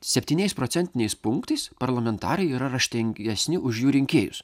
septyniais procentiniais punktais parlamentarai yra raštingesni už jų rinkėjus